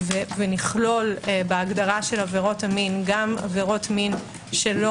ונכלול בהגדרה של עבירות המין גם עבירות מין שלא